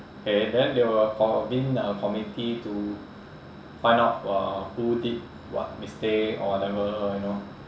okay then they will convene the committee to find out uh who did what mistake or whatever you know